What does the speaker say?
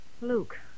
Luke